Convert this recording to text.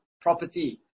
property